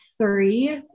three